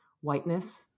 whiteness